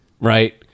right